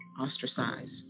ostracized